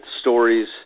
stories